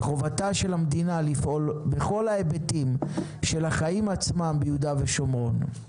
זו חובתה של המדינה לפעול בכל ההיבטים של החיים עצמם ביהודה ושומרון.